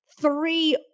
three